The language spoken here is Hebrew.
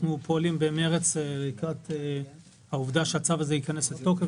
אנחנו פועלים במרץ לקראת העובדה שהצו הזה ייכנס לתוקף,